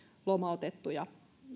lomautettu ja